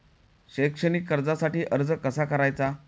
शैक्षणिक कर्जासाठी अर्ज कसा करायचा?